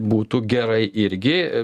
būtų gerai irgi